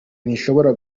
ntishobora